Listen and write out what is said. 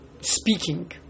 speaking